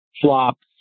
flops